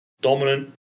Dominant